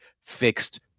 fixed